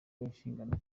n’inshingano